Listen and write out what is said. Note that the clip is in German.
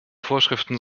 vorschriften